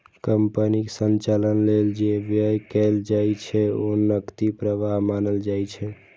कंपनीक संचालन लेल जे व्यय कैल जाइ छै, ओ नकदी प्रवाह मानल जाइ छै